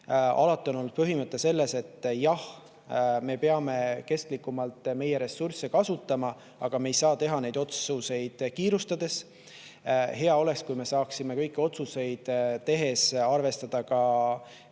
Alati on olnud põhimõte, et jah, me peame kestlikumalt oma ressursse kasutama, aga me ei saa teha neid otsuseid kiirustades. Hea oleks, kui me saaksime kõiki otsuseid tehes arvestada ka